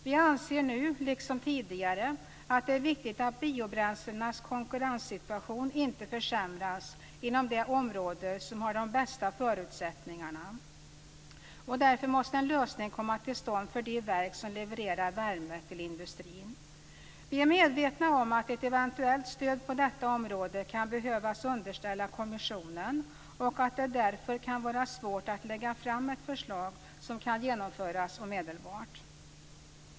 Vi anser nu liksom tidigare att det är viktigt att biobränslenas konkurrenssituation inte försämras inom de områden som har de bästa förutsättningarna. Därför måste en lösning komma till stånd för de verk som levererar värme till industrin. Vi är medvetna om att ett eventuellt stöd på detta område kan behöva underställas kommissionen och att det därför kan vara svårt att lägga fram ett förslag som kan genomföras omedelbart.